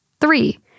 Three